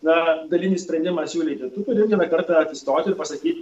na dalinį sprendimą siūlyti tu turi vieną kartą atsistoti ir pasakyti